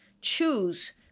choose